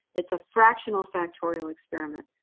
it's a fractional factorial experiment.